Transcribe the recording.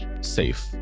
safe